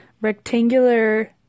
rectangular